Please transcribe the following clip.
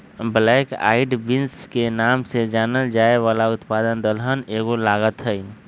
black eyed beans के नाम से जानल जाये वाला उत्पाद दलहन के एगो लागत हई